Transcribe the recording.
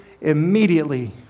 immediately